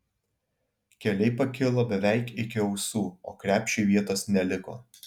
keliai pakilo beveik iki ausų o krepšiui vietos neliko